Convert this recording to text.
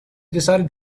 decided